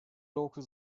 local